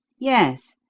yes.